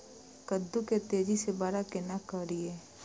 कद्दू के तेजी से बड़ा केना करिए?